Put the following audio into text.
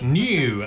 new